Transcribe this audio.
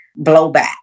blowback